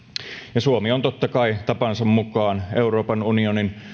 ja suomi on totta kai tapansa mukaan euroopan unionin